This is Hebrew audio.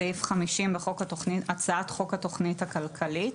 סעיף 50 בהצעת חוק התכנית הכלכלית.